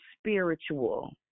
spiritual